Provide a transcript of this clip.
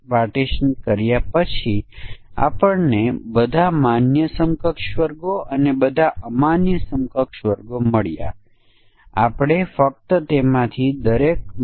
આપણે કહીએ છીએ કે પ્રોગ્રામ ક્યાં નિષ્ફળ જશે તે જાણવાનો પરીક્ષક પ્રયત્ન કરશે અને ફક્ત તે જ મૂલ્યો આપશે